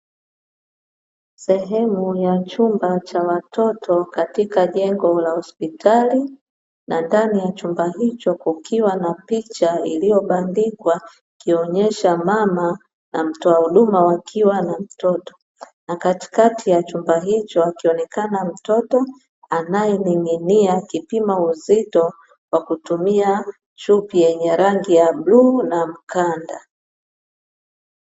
Sehemu ya chumba cha watoto katika jengo la hospitali, na ndani ya chumba hicho kukiwa na picha iliyobandikwa ikionyesha mama na mtoa huduma wakiwa na mtoto. Na katikati ya chumba hicho akionekana mtoto anayening'inia kupima uzito kwa kutumia chupi yenye rangi ya bluu na mkanda.